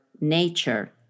nature